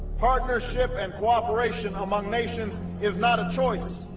partnership and cooperation among nations is not a choice,